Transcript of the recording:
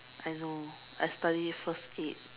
I know I study first aid